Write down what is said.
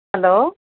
hello